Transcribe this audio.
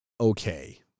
Okay